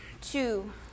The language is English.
two